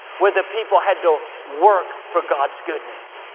where the people had to work for god's goodness,